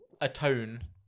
atone